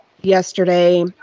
yesterday